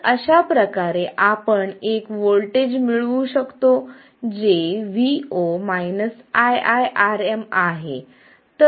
तर अशाप्रकारे आपण एक व्होल्टेज मिळवू शकतो जे vo iiRm आहे